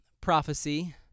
prophecy